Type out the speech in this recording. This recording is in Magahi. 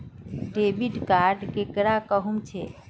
डेबिट कार्ड केकरा कहुम छे?